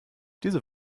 diese